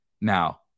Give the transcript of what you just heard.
Now